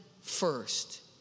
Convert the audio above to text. first